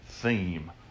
theme